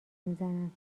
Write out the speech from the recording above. میزنم